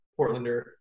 Portlander